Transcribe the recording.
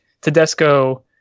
Tedesco